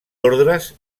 ordres